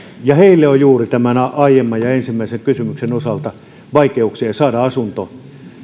ja juuri heillä on tämän aiemman ja ensimmäisen kysymyksen osalta vaikeuksia saada asunto